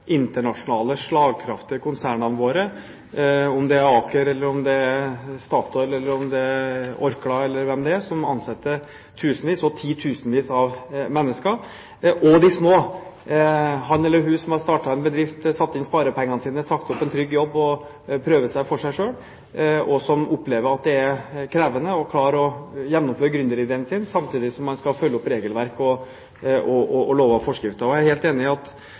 internasjonale, slagkraftige konsernene våre, om det er Aker eller om det er Statoil eller om det er Orkla eller hvem det er som ansetter tusenvis og titusenvis av mennesker, og de små – han eller hun som har startet en bedrift, satt inn sparepengene sine, sagt opp en trygg jobb og prøver seg for seg selv og som opplever at det er krevende å klare å gjennomføre gründerideen sin samtidig som man skal følge opp regelverk og lover og forskrifter. Jeg er helt enig i at